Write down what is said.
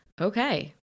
Okay